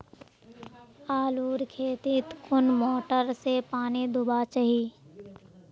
आलूर खेतीत कुन मोटर से पानी दुबा चही?